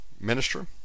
Minister